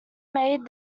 made